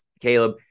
Caleb